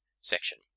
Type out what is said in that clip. section